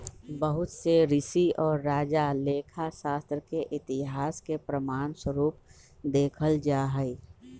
बहुत से ऋषि और राजा लेखा शास्त्र के इतिहास के प्रमाण स्वरूप देखल जाहई